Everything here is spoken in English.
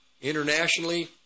internationally